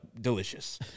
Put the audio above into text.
delicious